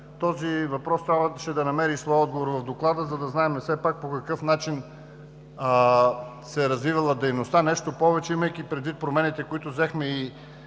този въпрос трябваше да намери своя отговор в Доклада, за да знаем все пак по какъв начин се е развивала дейността. Нещо повече, имайки предвид промените, които взехме, и